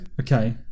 Okay